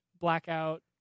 Blackout